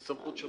זו סמכות שלך.